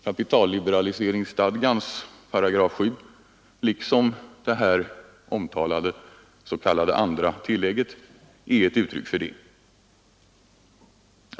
Kapitalliberaliseringsstadgans 7 § liksom det här omtalade s.k. andra tillägget är uttryck för det.